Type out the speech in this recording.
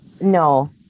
no